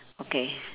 okay